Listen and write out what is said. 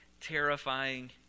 terrifying